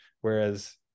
Whereas